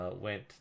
went